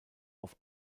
auf